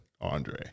Andre